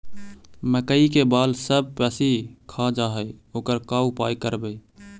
मकइ के बाल सब पशी खा जा है ओकर का उपाय करबै?